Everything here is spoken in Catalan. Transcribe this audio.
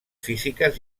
físiques